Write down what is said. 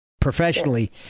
professionally